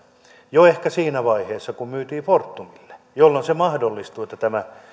jo ehkä siinä vaiheessa kun myytiin fortumille jolloin mahdollistui se että tämä